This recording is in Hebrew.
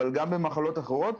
אבל גם במחלות אחרות,